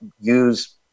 use